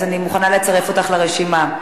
אז אני מוכנה לצרף אותך לרשימה.